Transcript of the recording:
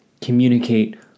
communicate